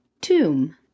tomb